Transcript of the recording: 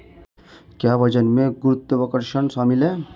क्या वजन में गुरुत्वाकर्षण शामिल है?